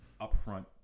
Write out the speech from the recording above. upfront